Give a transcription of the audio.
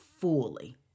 fully